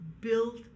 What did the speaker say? built